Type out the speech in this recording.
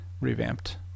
revamped